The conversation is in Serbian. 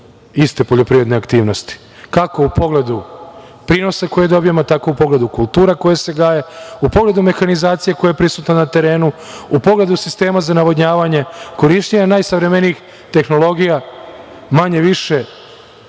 iste poljoprivredne aktivnosti, kako u pogledu prinosa koji dobijamo, tako u pogledu kultura koje se gaje, u pogledu mehanizacije koja je prisutna na terenu, u pogledu sistema za navodnjavanje, korišćenja najsavremenijih tehnologija, manje-više